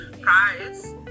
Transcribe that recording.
prize